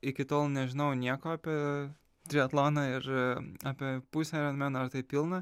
iki tol nežinojau nieko apie triatloną ir apie pusę aironmen ar tai pilną